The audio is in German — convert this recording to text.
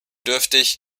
dürftig